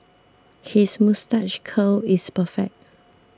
his moustache curl is perfect